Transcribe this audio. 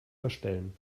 verstellen